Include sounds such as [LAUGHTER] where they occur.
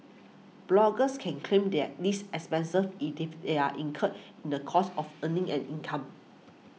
bloggers can claim their lease expensive [UNINTELLIGIBLE] if they are incurred in the course of earning an income